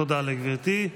תודה לגברתי.